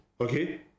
okay